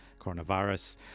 coronavirus